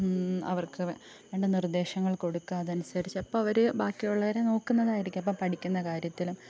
അവർക്ക് വേണ്ടുന്ന നിർദ്ദേശങ്ങൾ കൊടുക്കുക അതനുസരിച്ച് അപ്പോൾ അവർ ബാക്കിയുള്ളവരെ നോക്കുന്നതായിരിക്കും അപ്പോൾ പഠിക്കുന്ന കാര്യത്തിൽ